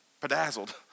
bedazzled